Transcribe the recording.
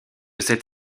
cet